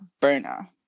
burner